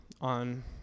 on